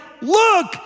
look